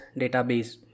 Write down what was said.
database